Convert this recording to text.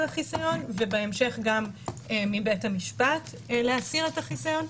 החיסיון ובהמשך גם מבית המשפט להסיר את החיסיון.